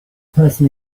person